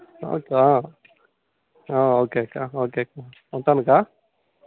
మాకు ఓకే అక్క ఓకే అక్క ఉంటాను అక్క